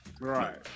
Right